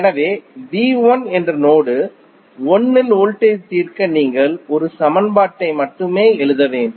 எனவே என்ற நோடு 1 இல் வோல்டேஜ் தீர்க்க நீங்கள் ஒரு சமன்பாட்டை மட்டுமே எழுத வேண்டும்